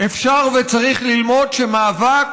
אפשר וצריך ללמוד שמאבק